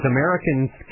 Americans